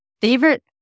Favorite